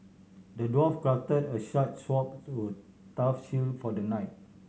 the dwarf crafted a sharp sword would tough shield for the knight